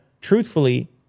truthfully